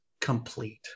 complete